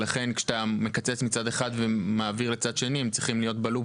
לכן, כשאתה מקצץ מצד אחד ומעביר לצד שני, הם